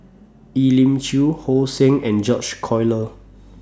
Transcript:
Elim Chew So Heng and George Collyer